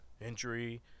injury